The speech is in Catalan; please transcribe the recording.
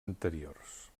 anteriors